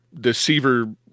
Deceiver